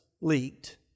leaked